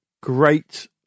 great